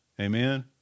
Amen